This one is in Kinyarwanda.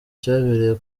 cyabereye